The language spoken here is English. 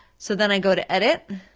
so then i go to edit.